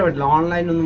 ah long line